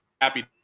happy